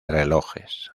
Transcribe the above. relojes